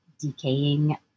decaying